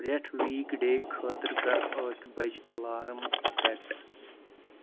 پرٛٮ۪تھ ویٖک ڈیٚے خاطرٕ کر ٲٹھ بجہِ الٲرٕم سیٹ